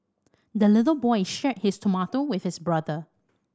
the little boy shared his tomato with his brother